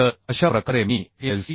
तर अशा प्रकारे मी Lc